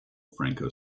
franco